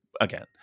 again